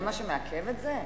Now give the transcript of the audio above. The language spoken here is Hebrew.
זה מה שמעכב את זה?